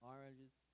Oranges